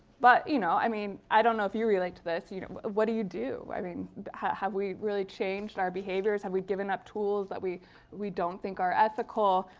but, you know, i mean i don't know if you relate to this. you know what do you do? i mean have we really changed our behaviors? have we given up tools that we we don't think are ethical?